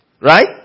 Right